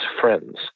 friends